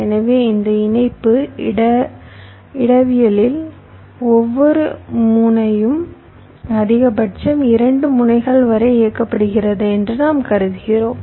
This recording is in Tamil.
எனவே இந்த இணைப்பு இடவியலில் ஒவ்வொரு முனையும் அதிகபட்சம் 2 முனைகள் வரை இயக்கப்படுகிறது என்று நாம் கருதுகிறோம்